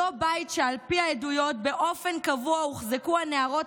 אותו בית שעל פי העדויות באופן קבוע הוחזקו הנערות